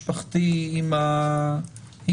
משפחתי עם ההורים.